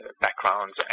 backgrounds